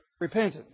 repentance